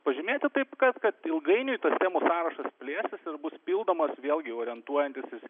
pažymėti taip kad kad ilgainiui tas temų sąrašas plėsis ir bus pildomas vėlgi orientuojantis